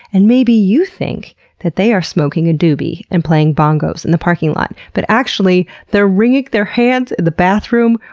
and maybe you think that they are smoking a doobie and playing bongos in the parking lot. but actually they're wringing their hands in the bathroom,